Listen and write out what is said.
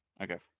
Okay